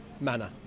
manner